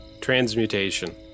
Transmutation